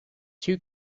two